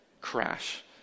crash